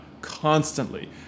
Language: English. constantly